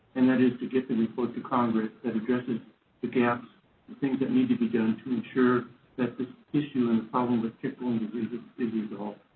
and that is to get the report to congress that addresses the gaps-the things that need to be done to ensure that this issue and problem with tick-borne diseases is resolved.